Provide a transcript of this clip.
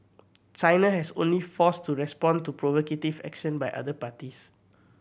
China has only forced to respond to provocative action by other parties